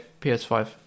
PS5